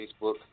Facebook